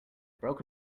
broken